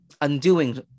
undoing